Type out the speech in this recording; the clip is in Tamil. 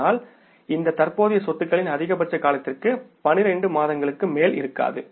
ஆனால் இந்த தற்போதைய சொத்துகளின் அதிகபட்ச காலத்திற்கு 12 மாதங்களுக்கு மேல் இருக்காது